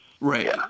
Right